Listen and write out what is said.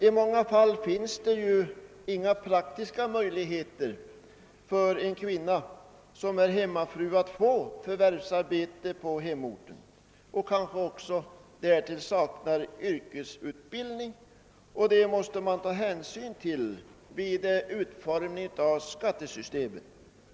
I många fall finns det ju inga praktiska möjligheter för en kvinna som är hemmafru och kanske också därtill saknar yrkesutbildning att få förvärvsar. bete på hemorten. Det måste man ta hänsyn till vid utformningen av skattesystemet.